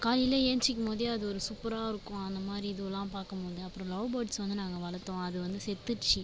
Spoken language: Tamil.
காலையில் ஏழுந்சிக்க போதே அது ஒரு சூப்பராக இருக்கும் அந்தமாதிரி இதுவெலாம் பார்க்கும் போது அப்புறம் லவ்பேர்ட்ஸ் வந்து நாங்கள் வளர்த்தோம் அது வந்து செத்துருச்சு